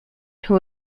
who